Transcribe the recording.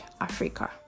Africa